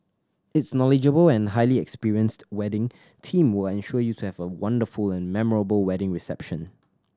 its knowledgeable and highly experienced wedding team will ensure you to have a wonderful and memorable wedding reception